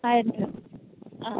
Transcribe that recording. ആയിരം രൂപ ആ